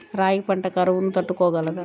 రాగి పంట కరువును తట్టుకోగలదా?